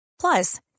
Plus